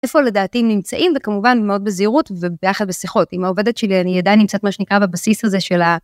איפה לדעתי הם נמצאים, וכמובן מאוד בזהירות, וביחד בשיחות עם העובדת שלי אני עדיין נמצאת מה שנקרא בבסיס הזה של ה...